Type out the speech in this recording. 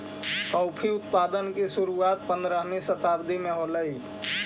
coffee उत्पादन की शुरुआत पंद्रहवी शताब्दी में होलई